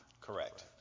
Correct